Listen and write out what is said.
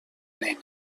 nena